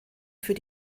für